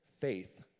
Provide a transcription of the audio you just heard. faith